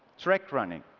trek running,